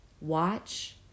Watch